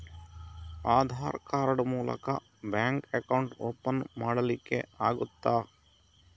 Aadhaar card ಮೂಲಕ bank account open ಮಾಡಲಿಕ್ಕೆ ಆಗುತಾ?